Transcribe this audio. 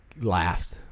laughed